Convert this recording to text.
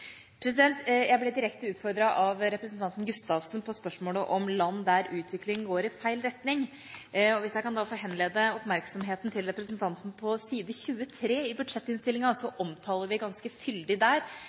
Jeg ble direkte utfordret av representanten Gustavsen på spørsmålet om land der utvikling går i feil retning. Hvis jeg kan få henlede oppmerksomheten til representanten til side 23 i